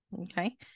okay